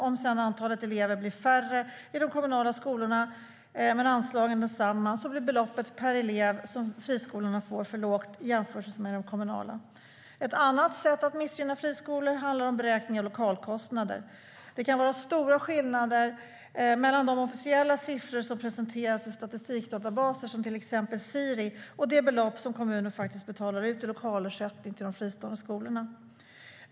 Om sedan antalet elever blir färre i de kommunala skolorna men anslagen desamma blir beloppet per elev som friskolorna får för lågt jämfört med de kommunala. Ett annat sätt att missgynna friskolor handlar om beräkning av lokalkostnader. Det kan vara stora skillnader mellan de officiella siffror som presenteras i statistikdatabaser, till exempel Siri, och det belopp som kommunen betalar ut i lokalersättning till de fristående skolorna.